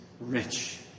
rich